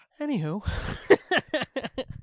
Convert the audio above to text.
Anywho